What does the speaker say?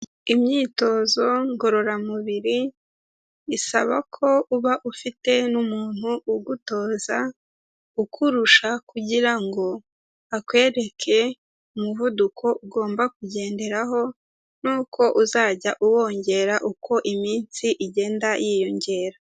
Imyitozo ngororamubiri isaba ko uba ufite n'umuntu ugutoza, ukurusha kugira ngo akwereke umuvuduko ugomba kugenderaho n'uko uzajya uwongera uko iminsi igenda yiyongera.